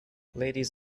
ladies